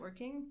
networking